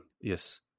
Yes